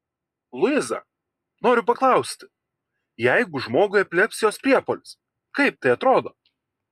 luiza noriu paklausti jeigu žmogui epilepsijos priepuolis kaip tai atrodo